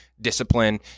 discipline